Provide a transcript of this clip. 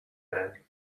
man